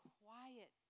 quiet